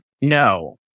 No